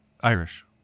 Irish